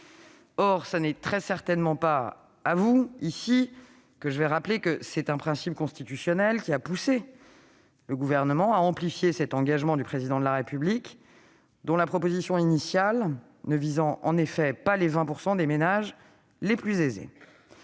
principale. Or- ce n'est pas à vous que je le rappellerai -c'est un principe constitutionnel qui a incité le Gouvernement à amplifier cet engagement du Président de la République, dont la proposition initiale ne visait pas, c'est vrai, les 20 % des ménages les plus aisés.